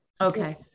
Okay